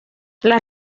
las